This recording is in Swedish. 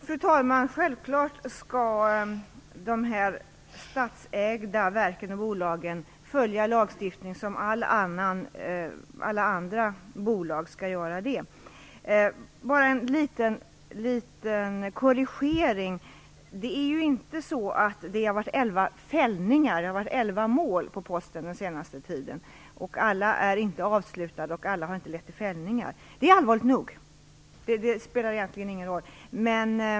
Fru talman! Självfallet skall de statsägda verken och bolagen följa lagstiftningen som alla andra bolag. Jag vill bara göra en liten korrigering: Det har inte varit elva fällningar. Det har varit elva mål för Posten den senaste tiden. Alla är inte avslutade, och alla har inte lett till fällningar. Det är allvarligt nog, och det spelar egentligen ingen roll.